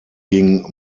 ging